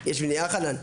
יש מניעה, חנן?